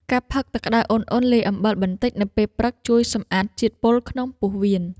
ការផឹកទឹកក្តៅឧណ្ហៗលាយអំបិលបន្តិចនៅពេលព្រឹក ជួយសម្អាតជាតិពុលក្នុងពោះវៀន។